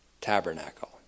tabernacle